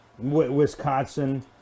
Wisconsin